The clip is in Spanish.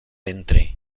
entre